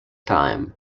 time